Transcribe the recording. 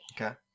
Okay